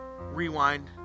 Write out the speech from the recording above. rewind